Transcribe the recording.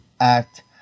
act